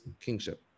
kingship